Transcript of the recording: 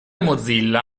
mozilla